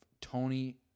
Tony